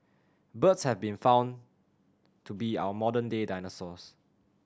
birds have been found to be our modern day dinosaurs